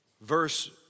verse